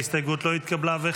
ההסתייגות לא התקבלה.